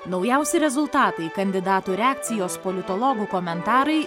naujausi rezultatai kandidatų reakcijos politologų komentarai